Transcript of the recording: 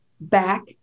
back